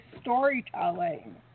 storytelling